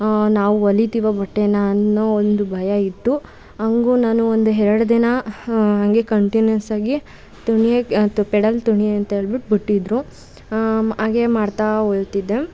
ನಾವು ಹೊಲಿತಿವಾ ಬಟ್ಟೆನಾ ಅನ್ನೋ ಒಂದು ಭಯ ಇತ್ತು ಹಂಗೂ ನಾನು ಒಂದು ಎರಡು ದಿನ ಹಾಗೇ ಕಂಟಿನ್ಯೂಸ್ ಆಗಿ ತುಳಿಯೋಕ್ ಪೆಡಲ್ ತುಳಿ ಅಂತ ಹೇಳ್ಬಿಟ್ಟು ಬಿಟ್ಟಿದ್ದರು ಹಾಗೆ ಮಾಡ್ತಾ ಹೋಗ್ತಿದ್ದೆ